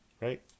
Right